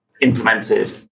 implemented